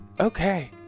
okay